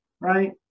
right